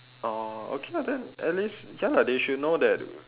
oh okay lah then at least ya lah they should know that